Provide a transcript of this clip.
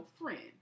friend